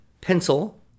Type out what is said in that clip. pencil